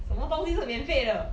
什么东西是免费的